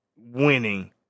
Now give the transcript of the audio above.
winning